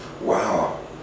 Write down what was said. Wow